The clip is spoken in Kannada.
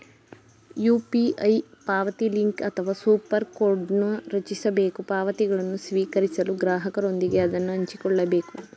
ಯು.ಪಿ.ಐ ಪಾವತಿಲಿಂಕ್ ಅಥವಾ ಸೂಪರ್ ಕೋಡ್ನ್ ರಚಿಸಬೇಕು ಪಾವತಿಗಳನ್ನು ಸ್ವೀಕರಿಸಲು ಗ್ರಾಹಕರೊಂದಿಗೆ ಅದನ್ನ ಹಂಚಿಕೊಳ್ಳಬೇಕು